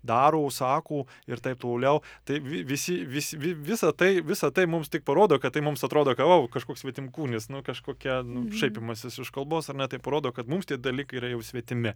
daro sako ir taip toliau tai vi visi vis vi visa tai visa tai mums tik parodo kad tai mums atrodo ou kažkoks svetimkūnis nu kažkokia nu šaipymasis iš kalbos ar ne tai parodo kad mums tie dalykai yra jau svetimi